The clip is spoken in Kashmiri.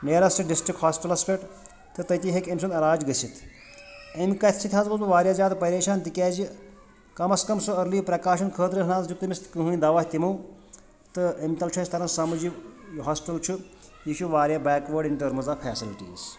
نِیَریٚسٹہٕ ڈِسٹِرٛک ہاسپِٹَلَس پٮ۪ٹھ تہٕ تٔتِے ہیٚکہِ أمۍ سُنٛد علاج گٔژھِتھ اَمہِ کَتھہِ سۭتۍ حظ گوٚوُس بہٕ واریاہ زیادٕ پریشان تِکیازِ کَم از کَم سُہ أرلی پرٛکاشَن خٲطرٕ نَہ حظ دیُت نہٕ تٔمِس کٕہٲنۍ دَوا تِمو تہٕ أمہِ تَلہٕ چھُ اسہِ تَران سمجھ یہِ ہاسپِٹَل چھُ یہِ چھُ واریاہ backward in terms of facilities